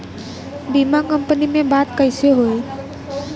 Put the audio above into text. बीमा कंपनी में बात कइसे होई?